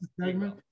segment